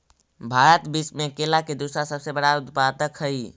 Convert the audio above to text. भारत विश्व में केला के दूसरा सबसे बड़ा उत्पादक हई